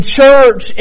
church